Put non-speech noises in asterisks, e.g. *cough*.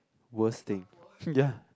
worst thing *noise* ya